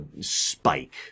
spike